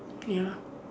ya